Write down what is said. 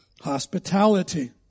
hospitality